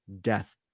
death